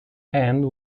end